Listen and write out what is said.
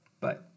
Bye